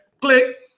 Click